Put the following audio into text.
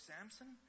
Samson